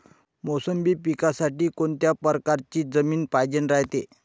मोसंबी पिकासाठी कोनत्या परकारची जमीन पायजेन रायते?